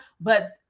but-